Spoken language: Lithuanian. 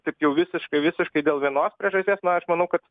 taip jau visiškai visiškai dėl vienos priežasties na aš manau kad